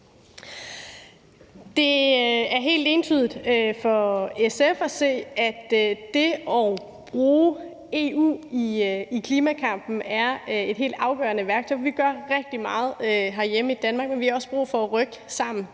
Det er helt entydigt for SF at se, at det at bruge EU i klimakampen er et helt afgørende værktøj. Vi gør rigtig meget herhjemme i Danmark, men vi har også brug for at rykke på det